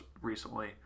recently